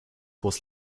was